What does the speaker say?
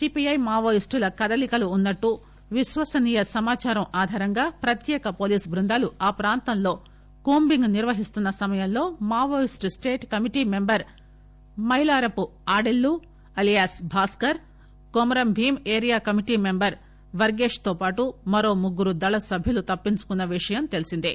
CPI మావోయిస్టుల కదలికలు ఉన్నట్లు విశ్వసనీయ సమాచారం ఆధారంగా ప్రత్యేక పోలీసు పార్టీలు అ ప్రాంతంలో కూంబింగ్ నిర్వహిస్తున్న సమయంలో Maoist state committee member Mailarepu Adellu alias Bhaskar Komuram Bheem area committee member Vargesh తో పాటు మరో ముగ్గురు దళ సభ్యులు తప్పించుకున్నా విషయం తెలిసిందే